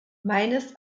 meines